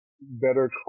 better